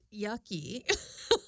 yucky